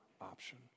option